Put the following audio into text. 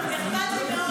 את חברת כנסת,